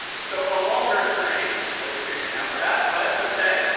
so a longer string slightly creepy now, perhaps. but, ok.